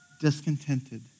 discontented